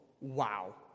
wow